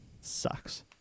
Sucks